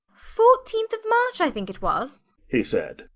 fourteenth of march, i think it was he said.